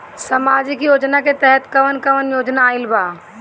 सामाजिक योजना के तहत कवन कवन योजना आइल बा?